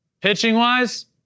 Pitching-wise